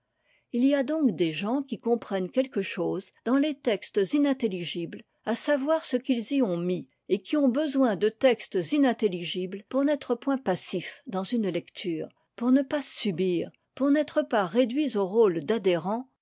il y a donc des gens qui comprennent quelque chose dans les textes inintelligibles à savoir ce qu'ils y ont mis et qui ont besoin de textes inintelligibles pour n'être point passifs dans une lecture pour ne pas subir pour n'être pas réduits au rôle d'adhérents